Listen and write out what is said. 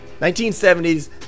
1970s